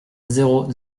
zéro